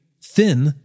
thin